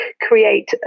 create